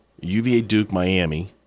UVA-Duke-Miami